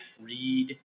read